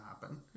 happen